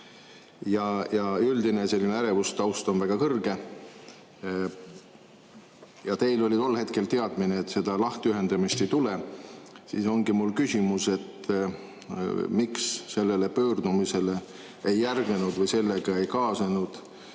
ja üldine ärevustaust on väga kõrge. Teil oli tol hetkel teadmine, et seda lahtiühendamist ei tule. Siit ongi mul küsimus: miks sellele pöördumisele ei järgnenud või sellega ei kaasnenud